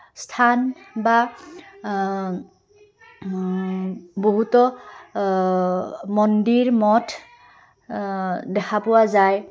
স্থান বা বহুতো মন্দিৰ মঠ দেখা পোৱা যায়